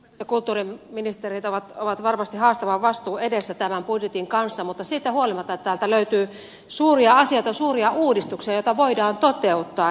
opetus ja kulttuuriministerit ovat varmasti haastavan vastuun edessä tämän budjetin kanssa mutta siitä huolimatta täältä löytyy suuria asioita suuria uudistuksia joita voidaan toteuttaa